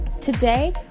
Today